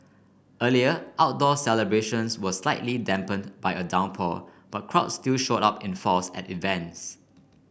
earlier outdoor celebrations were slightly dampened by a downpour but crowds still showed up in force at events